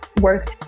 works